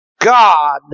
God